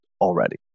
already